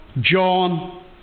John